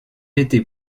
été